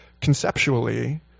conceptually